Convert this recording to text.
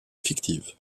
fictive